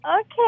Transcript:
Okay